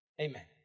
Amen